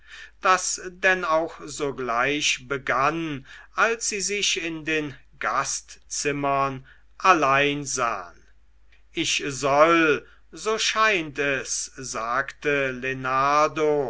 das denn auch sogleich begann als sie sich in dem gastzimmer allein sahen ich soll so scheint es sagte